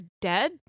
dead